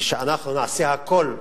היא שאנחנו נעשה הכול,